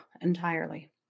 entirely